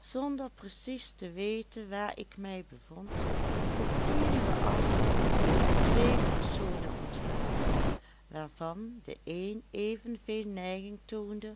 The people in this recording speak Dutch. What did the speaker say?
zonder precies te weten waar ik mij bevond op eenigen afstand twee personen ontwaarde waarvan de een evenveel neiging toonde